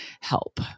help